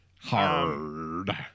Hard